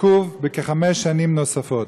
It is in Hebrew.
עיכוב בכחמש שנים נוספות.